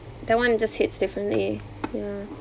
that one just hits differently ya